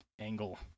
angle